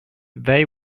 they